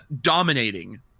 dominating